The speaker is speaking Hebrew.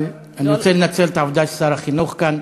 אבל אני רוצה לנצל את העובדה ששר החינוך כאן,